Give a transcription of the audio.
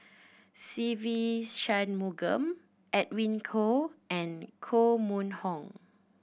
Se Ve Shanmugam Edwin Koo and Koh Mun Hong